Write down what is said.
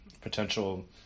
potential